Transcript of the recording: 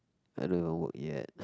I don't have work yet